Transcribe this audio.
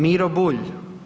Miro Bulj.